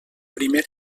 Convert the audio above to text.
primer